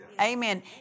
Amen